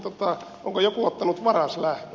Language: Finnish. onko joku ottanut varaslähdön